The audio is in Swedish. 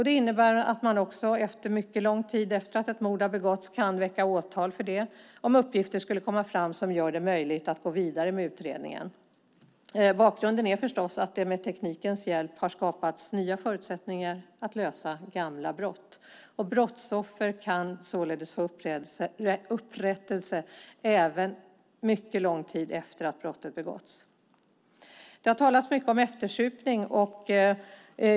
Det innebär att man mycket lång tid efter att ett mord har begåtts kan väcka åtal om det kommer fram uppgifter som gör det möjligt att gå vidare med utredningen. Bakgrunden är förstås att det med teknikens hjälp har skapats nya förutsättningar att lösa gamla brott. Brottsoffer kan således få upprättelse även mycket lång tid efter att brottet begåtts. Det har talats mycket om eftersupning.